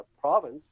province